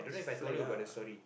just flag ah